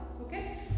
okay